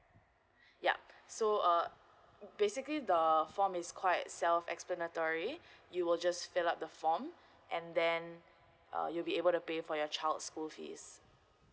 yup so uh basically the form is quite self explanatory you will just fill up the form and then uh you'll be able to pay for your child school fees